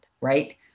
right